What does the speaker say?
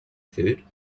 food